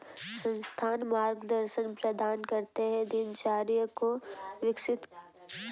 संस्थान मार्गदर्शन प्रदान करते है दिनचर्या को विकसित करने की अनुमति देते है